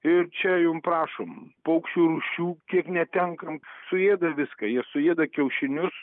ir čia jum prašom paukščių rūšių kiek netenkam suėda viską jie suėda kiaušinius